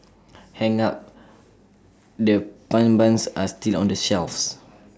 hang up the pun buns are still on the shelves